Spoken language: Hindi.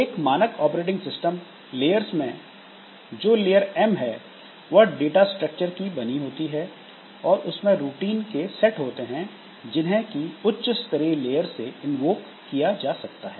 एक मानक ऑपरेटिंग सिस्टम लेयर्स में जो लेयर M है वह डाटा स्ट्रक्चर की बनी होती है और उसमें रूटीन के सेट होते हैं जिन्हें की उच्च स्तरीय लेयर से इन्वोकआह्वान किया जा सकता है